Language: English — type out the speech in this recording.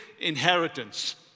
inheritance